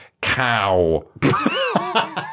cow